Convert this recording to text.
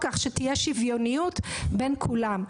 כך שתהיה שוויוניות בין כולם.